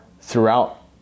throughout